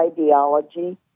ideology